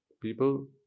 people